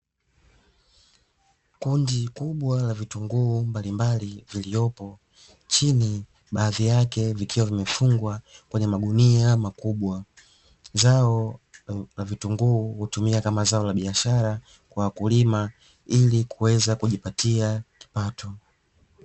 Kundi kubwa la vitunguu mbalimbali vilivyopo chini baadhi yake vikiwa vimefungwa kwenye magunia makubwa, zao la vitunguu hutumika kama zao la biashara kwa wakulima ili kuweza kujipatia kipato.